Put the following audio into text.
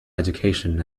education